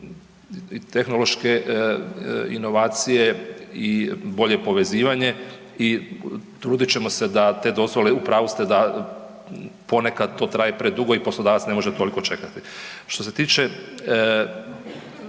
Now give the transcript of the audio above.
tehnološke inovacije i bolje povezivanje i trudit ćemo se da te dozvole, u pravu ste da ponekad to traje predugo i poslodavac ne može toliko čekati. Što se tiče